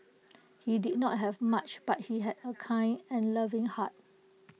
he did not have much but he had A kind and loving heart